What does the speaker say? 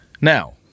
Now